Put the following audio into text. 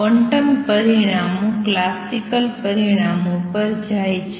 quantum પરિણામો classical પરિણામો પર જાય છે